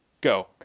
go